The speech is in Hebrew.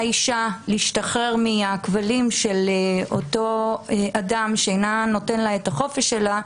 אישה להשתחרר מהכבלים של אותו אדם שאינו נותן לה את החופש שלה.